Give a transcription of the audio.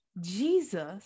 jesus